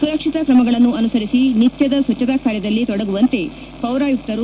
ಸುರಕ್ಷಿತ ಕ್ರಮಗಳನ್ನು ಅನುಸರಿಸಿ ನಿತ್ಯದ ಸ್ವಚ್ಛತಾ ಕಾರ್ಯದಲ್ಲಿ ತೊಡಗುವಂತೆ ಪೌರಾಯುಕ್ತರು